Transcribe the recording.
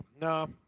No